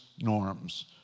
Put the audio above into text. norms